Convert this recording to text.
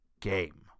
game